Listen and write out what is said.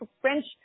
French